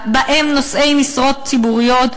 ובהם נושאי משרות ציבוריות,